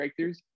breakthroughs